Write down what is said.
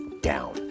down